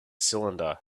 cylinder